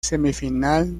semifinal